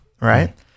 right